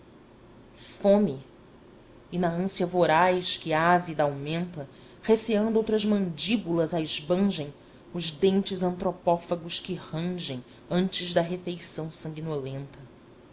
e na ânsia voraz que ávida aumenta receando outras mandíbulas e esbangem os dentes antropófagos que rangem antes da refeição sanguinolenta